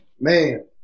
man